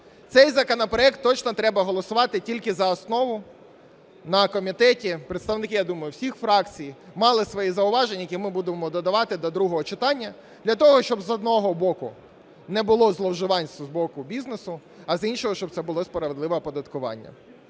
Цей законопроект точно треба голосувати тільки за основу. На комітеті представники, я думаю, всіх фракцій мали свої зауваження, які ми будемо додавати до другого читання для того, щоб, з одного боку, не було зловживань з боку бізнесу, а з іншого, щоб це було справедливе оподаткування.